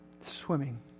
swimming